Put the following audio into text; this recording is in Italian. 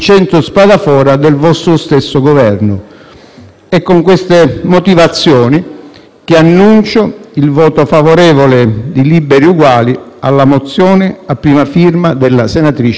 È con queste motivazioni che annuncio il voto favorevole del Gruppo Misto-Liberi e Uguali alla mozione a prima firma della senatrice De Petris.